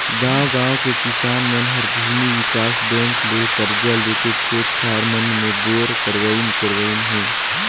गांव गांव के किसान मन हर भूमि विकास बेंक ले करजा लेके खेत खार मन मे बोर करवाइन करवाइन हें